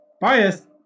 bias